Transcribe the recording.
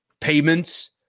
payments